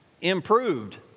improved